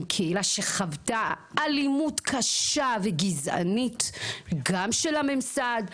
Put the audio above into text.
קהילה שחוותה אלימות קשה וגזענית גם של הממסד,